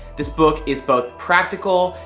this book is both practical,